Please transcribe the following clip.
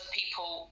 people